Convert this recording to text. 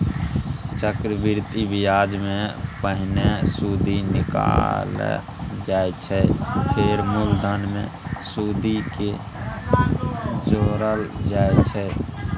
चक्रबृद्धि ब्याजमे पहिने सुदि निकालल जाइ छै फेर मुलधन मे सुदि केँ जोरल जाइ छै